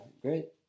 great